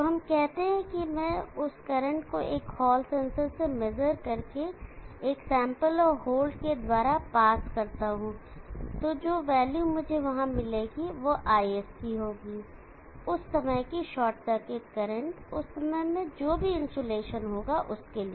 तो हम कहते हैं कि मैं उस करंट को एक हॉल सेंसर से मेजर करके एक सैंपल और होल्ड के द्वारा पास करता हूं जो वैल्यू मुझे वहां मिलेगी वह ISC होगी उस समय की शॉर्ट सर्किट करंट उस समय में जो भी इन्सुलेशन होगा उसके लिए